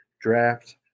draft